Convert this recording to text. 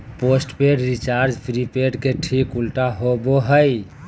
postpaid recharge prepaid के ठीक उल्टा होबो हइ